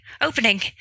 opening